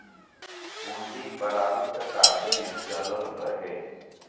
हुन्डी बारहवीं सताब्दी से चलल रहे